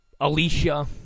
Alicia